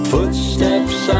Footsteps